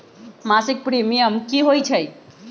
मासिक प्रीमियम की होई छई?